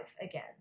again